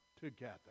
together